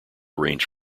range